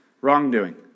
wrongdoing